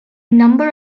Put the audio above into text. number